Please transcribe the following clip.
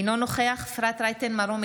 אינו נוכח אפרת רייטן מרום,